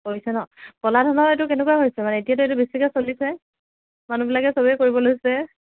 কৰিছে ন ক'লা ধানৰ এইটো কেনেকুৱা হৈছে মানে এতিয়াটো এইটো বেছিকৈ চলিছে মানুহবিলাকে চবে কৰিবলৈ লৈছে